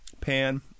pan